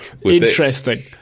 Interesting